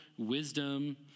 wisdom